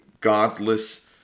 godless